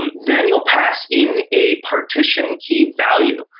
um then, you'll pass in a partition key value.